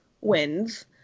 wins